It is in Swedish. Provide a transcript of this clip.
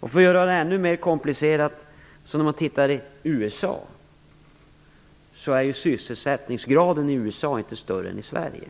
För att göra det ännu mer komplicerat kan vi titta på USA. Där är sysselsättningsgraden inte högre än i Sverige.